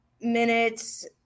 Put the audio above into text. minutes